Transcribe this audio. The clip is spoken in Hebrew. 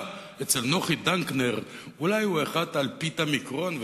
אצל נוחי דנקנר אולי הוא אלפית המיקרון,